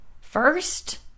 First